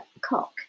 Cock